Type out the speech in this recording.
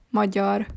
magyar